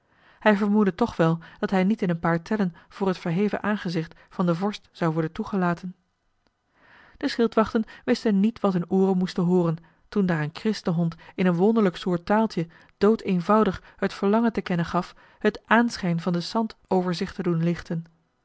hij vermoedde toch wel dat hij niet in een paar tellen voor het verheven aangezicht van den vorst zou worden toegelaten de schildwachten wisten niet wat hun ooren moesten hooren toen daar een christenhond in een wonderlijk soort taaltje doodeenvoudig het verlangen te kennen gaf het aanschijn van den sant over zich te doen lichten